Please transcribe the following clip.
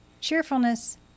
cheerfulness